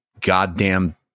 goddamn